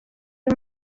uyu